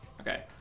Okay